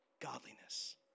Godliness